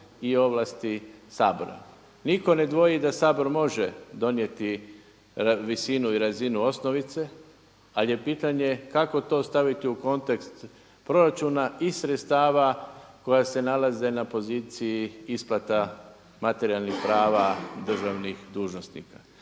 i ovlasti Sabora. Nitko ne dvoji da Sabor može donijeti visinu i razinu osnovice, ali je pitanje kako to staviti u kontekst proračuna i sredstva koja se nalaze na poziciji isplata materijalnih prava državnih dužnosnika.